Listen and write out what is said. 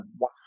wow